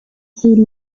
haiti